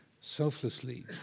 selflessly